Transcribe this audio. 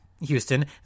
Houston